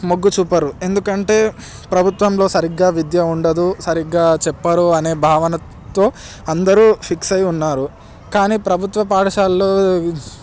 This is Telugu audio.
మొగ్గు చూపరు ఎందుకంటే ప్రభుత్వంలో సరిగ్గా విద్య ఉండదు సరిగ్గా చెప్పారు అనే భావనతో అందరూ ఫిక్స్ అయి ఉన్నారు కానీ ప్రభుత్వ పాఠశాలలో